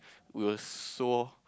we were so